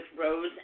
Rose